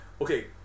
okay